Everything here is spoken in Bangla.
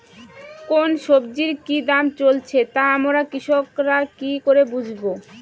কোন সব্জির কি দাম চলছে তা আমরা কৃষক রা কি করে বুঝবো?